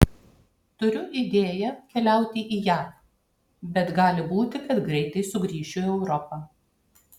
turiu idėją keliauti į jav bet gali būti kad greitai sugrįšiu į europą